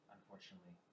Unfortunately